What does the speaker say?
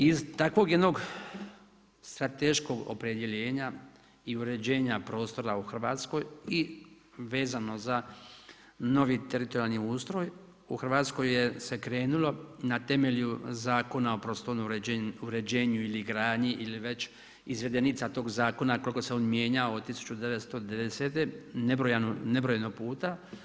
Iz takvog jednog strateškog opredjeljenja i uređenja prostora u Hrvatskoj i vezano za novi teritorijalni ustroj u Hrvatskoj se krenulo na temelju Zakona o prostornom uređenju ili gradnji ili već izvedenica tog zakona koliko se on mijenja od 1990. nabrojano puta.